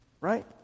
right